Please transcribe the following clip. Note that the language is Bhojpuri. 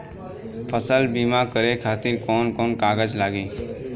फसल बीमा करे खातिर कवन कवन कागज लागी?